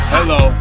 Hello